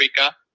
Africa